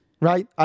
Right